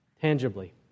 tangibly